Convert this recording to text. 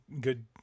good